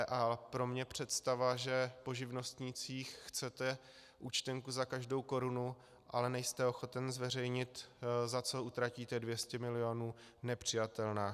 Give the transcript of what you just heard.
A pro mě představa, že po živnostnících chcete účtenku za každou korunu, ale nejste ochoten zveřejnit, za co utratíte 200 milionů, nepřijatelná.